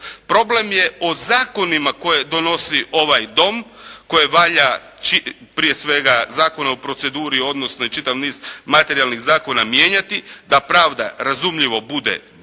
Problem je o zakonima koje donosi ovaj Dom koji valja prije svega Zakona o proceduri i čitav niz materijalnih zakona mijenjati, da pravda razumljivo bude brža,